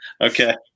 Okay